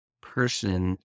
person